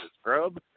scrub